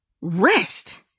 Rest